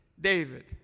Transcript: David